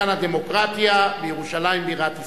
משכן הדמוקרטיה, בירושלים בירת ישראל.